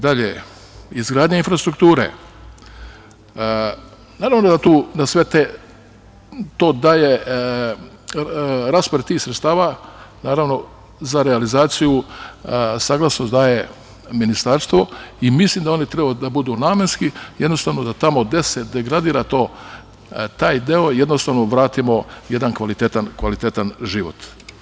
Dalje, izgradnja infrastrukture, naravno da sve to daje, raspored tih sredstava, naravno za realizaciju, saglasnost daje Ministarstvo i mislim da one treba da budu namenske, jednostavno da tamo gde se degradira to, taj deo jednostavno vratimo jedan kvalitetan život.